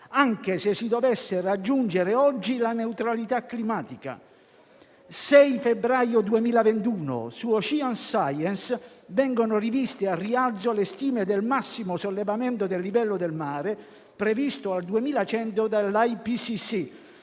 anche se si dovesse raggiungere oggi la neutralità climatica. 6 febbraio 2021: su «Ocean Science» vengono riviste al rialzo le stime del massimo sollevamento del livello del mare previsto al 2100